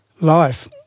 life